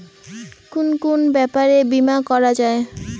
কুন কুন ব্যাপারে বীমা করা যায়?